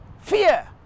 fear